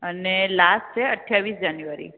અને લાસ્ટ છે અઠયાવિસ જાન્યુવારી